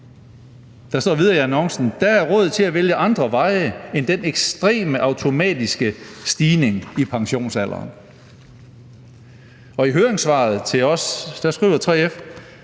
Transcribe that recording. Der står videre i annoncen, at der er råd til at vælge andre veje end den ekstreme, automatiske stigning i pensionsalderen. Og i høringssvaret til os skriver 3F: